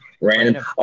random